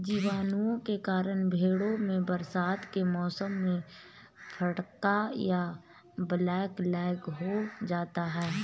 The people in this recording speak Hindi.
जीवाणुओं के कारण भेंड़ों में बरसात के मौसम में फड़का या ब्लैक लैग हो जाता है